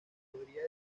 podría